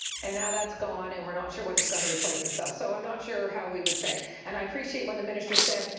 and now that's gone and we're not sure what is going to replace it. so so i'm not sure how we would say and i appreciate when the minister said,